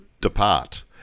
depart